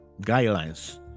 guidelines